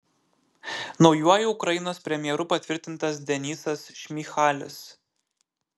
naujuoju ukrainos premjeru patvirtintas denysas šmyhalis